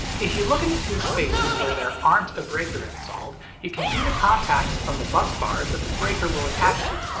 if you look in the two spaces where there aren't a breaker installed you can see the contacts from the bus bars that the breaker will attach to.